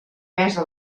mesa